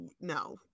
no